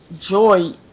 joy